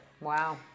Wow